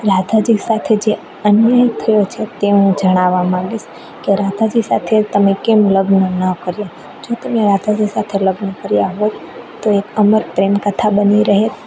રાધાજી સાથે જે અન્યાય થયો છે તે હું જણાવવા માગીશ કે રાધાજી સાથે તમે કેમ લગ્ન ન કર્યાં જો તમે રાધાજી સાથે લગ્ન કર્યાં હોત તો એક અમર પ્રેમ કથા બની રહેત